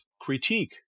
critique